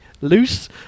loose